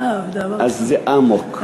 אז זה אמוק.